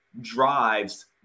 drives